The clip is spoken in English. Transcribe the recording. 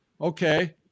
okay